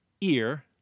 ear